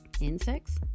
insects